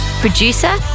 Producer